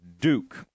Duke